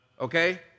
Okay